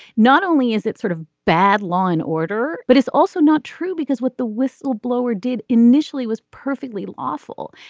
not only is it sort of bad law and order but it's also not true because what the whistleblower did initially was perfectly lawful.